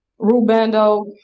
Rubando